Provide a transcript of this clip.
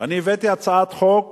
אני הבאתי הצעת חוק פעמיים,